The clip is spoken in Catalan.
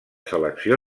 selecció